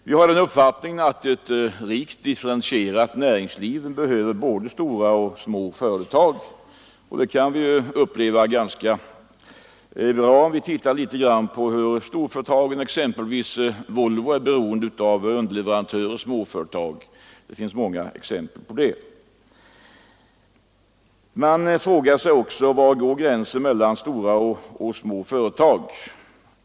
Vi har den uppfattningen att ett rikt differentierat näringsliv behöver både stora och små företag. Detta upplever man om man ser på hur storföretagen, exempelvis Volvo, är beroende av småföretag som underleverantörer. Många ytterligare exempel på detta kunde anföras. Man frågar sig också: Var går gränsen mellan stora och små företag?